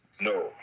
No